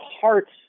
hearts